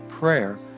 Prayer